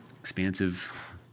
expansive